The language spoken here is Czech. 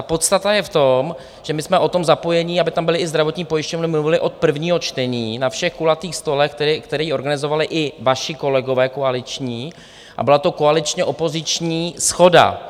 Podstata je v tom, že my jsme o tom zapojení, aby tam byly i zdravotní pojišťovny, mluvili od prvního čtení, na všech kulatých stolech, které organizovali i vaši kolegové koaliční, a byla to koaličně opoziční shoda.